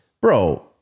bro